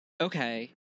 okay